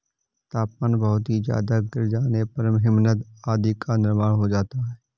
तापमान बहुत ही ज्यादा गिर जाने पर हिमनद आदि का निर्माण हो जाता है